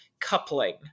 coupling